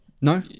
No